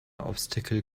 obstacle